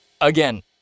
Again